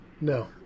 No